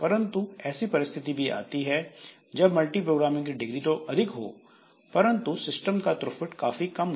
परंतु ऐसी परिस्थिति भी आती है जब मल्टीप्रोग्रामिंग की डिग्री तो अधिक हो परंतु सिस्टम का थ्रोपुट काफी कम हो